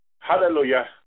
hallelujah